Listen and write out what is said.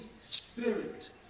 Spirit